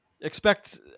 Expect